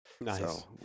Nice